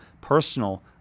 personal